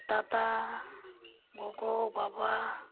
ᱫᱟᱫᱟ ᱜᱚᱜᱚ ᱵᱟᱵᱟ